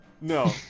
No